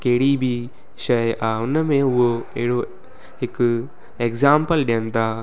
कहिड़ी बि शइ आहे उनमें उहो अहिड़ो हिक एग्जांपल ॾियनि था